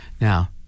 Now